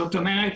זאת אומרת,